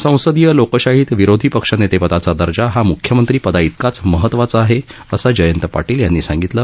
संसदीय लोकशाहीत विरोधी पक्षनेतेपदाचा दर्जा हा मुख्यमंत्रिपदाइतकाच महत्वाचा आहे असं जयंत पाटील यांनी सांगितलं